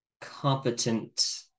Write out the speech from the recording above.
competent